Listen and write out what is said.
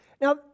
Now